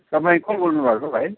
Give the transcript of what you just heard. तपाईँ को बोल्नु भएको होला है